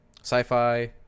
Sci-fi